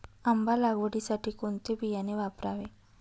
आंबा लागवडीसाठी कोणते बियाणे वापरावे?